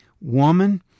woman